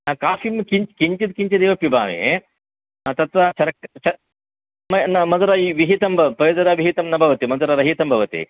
ह काफ़ीं किञ् किञ्चित् एव पिबामि ह तत्र शर्क् शर् न न मधुरविहितं मधुरविहितं न भवति मधुररहितं भवति